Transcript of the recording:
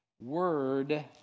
Word